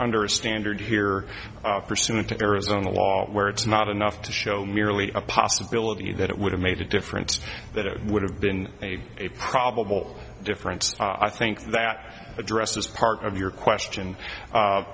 under a standard here pursuant to arizona law where it's not enough to show merely a possibility that it would have made a difference that it would have been a probable difference i think that addresses part of your question